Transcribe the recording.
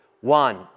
One